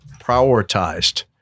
prioritized